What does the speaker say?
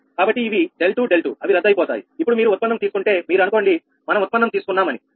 కాబట్టి ఇవి 𝛿2𝛿2 అవి రద్దు అయిపోతాయి ఇప్పుడు మీరు ఉత్పన్నం తీసుకుంటే మీరు అనుకోండి మనం ఉత్పన్నం తీసుకున్నాం అని